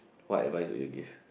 what advice would you give